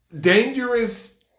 Dangerous